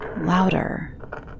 louder